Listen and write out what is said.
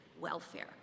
welfare